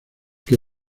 que